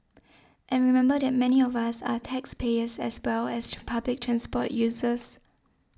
and remember that many of us are taxpayers as well as public transport users